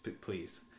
please